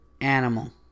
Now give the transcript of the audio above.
animal